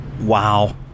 Wow